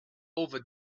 over